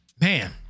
man